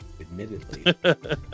admittedly